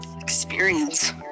experience